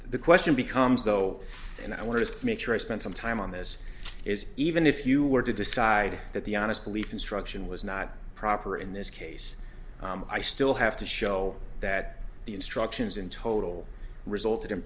the question becomes though and i want to make sure i spend some time on this is even if you were to decide that the honest belief instruction was not proper in this case i still have to show that the instructions in total resulted in